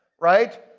right?